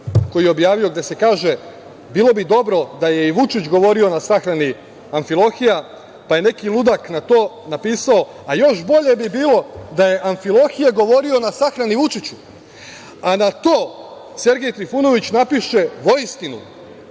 koji je objavio, gde se kaže – bilo bi dobro da je i Vučić govorio na sahrani Amfilohija. Pa, je neki ludak je na to napisao – a još bolje bi bilo da je Amfilohije govorio na sahrani Vučiću. A na to Sergej Trifunović napiše – voistinu.